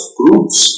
groups